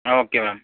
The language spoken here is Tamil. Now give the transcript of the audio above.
ah okay ma'am